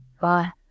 bye